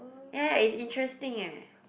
ya it's interesting eh